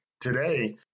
Today